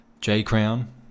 J-Crown